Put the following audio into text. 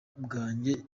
bwanjye